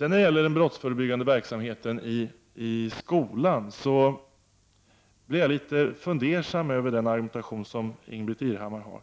När det gäller den brottsförebyggande verksamheten i skolan blir jag litet fundersam över Ingbritt Irhammars argumentation.